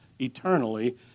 eternally